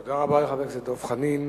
תודה רבה לחבר הכנסת דב חנין.